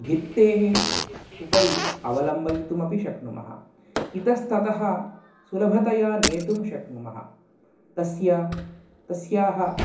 भित्तेः उपरि अवलम्बयितुमपि शक्नुमः इतस्ततः सुलभतया नेतुं शक्नुमः तस्य तस्याः